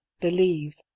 believe